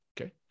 Okay